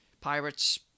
Pirates